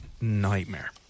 nightmare